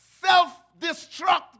self-destruct